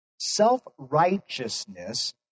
Self-righteousness